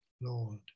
lord